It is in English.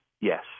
yes